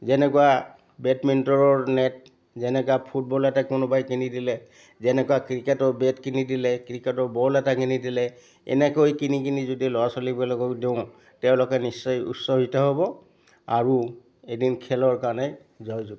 যেনেকুৱা বেডমণ্টৰৰ নেট যেনেকুৱা ফুটবল এটা কোনোবাই কিনি দিলে যেনেকুৱা ক্ৰিকেটৰ বেট কিনি দিলে ক্ৰিকেটৰ বল এটা কিনি দিলে এনেকৈ কিনি কিনি যদি ল'ৰা ছোৱালীবিলাকক দিওঁ তেওঁলোকে নিশ্চয় উৎসাহিত হ'ব আৰু এদিন খেলৰ কাৰণে জয়যুক্ত হ'ব